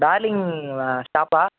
darling ஷாப்பா